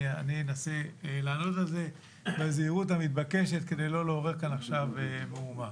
אני אנסה לענות על זה בזהירות המתבקשת כדי לא לעורר כאן עכשיו מהומה.